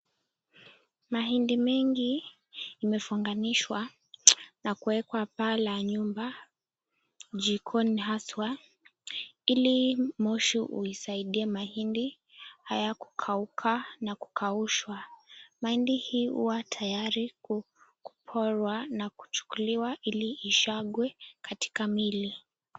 Mahindi mingi imefunganishwa na kuwekwa paa la nyumba jikoni haswa ili moshi huisaidia mahindi haya kukauka na kukaushwa. Mahindi hii huwa tayari kuporwa na kuchukuliwa ili ishagwe katika mili.